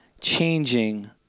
changing